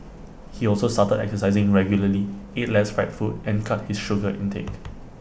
he also started exercising regularly ate less fried food and cut his sugar intake